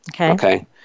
okay